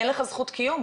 אין לך זכות קיום.